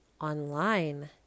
online